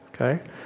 Okay